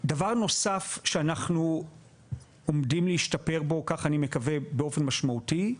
דבר נוסף שאנחנו עומדים להשתפר בו באופן משמעותי,